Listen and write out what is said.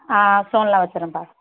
stone எல்லாம் வச்சிடுறேன்ப்பா